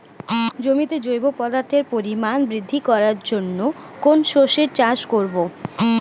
জমিতে জৈব পদার্থের পরিমাণ বৃদ্ধি করার জন্য কোন শস্যের চাষ করবো?